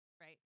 right